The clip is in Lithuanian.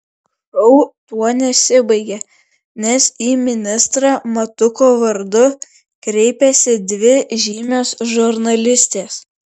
šou tuo nesibaigia nes į ministrą matuko vardu kreipiasi dvi žymios žurnalistės